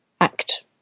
act